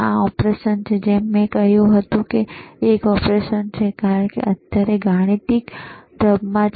આ ઓપરેશન છે જેમ કે મેં કહ્યું કે તે એક ઓપરેશન છે કારણ કે અત્યારે તે ગાણિતિક ઢબમાં છે